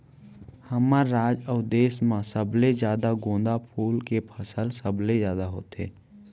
हमर राज अउ देस म सबले जादा गोंदा फूल के फसल सबले जादा होथे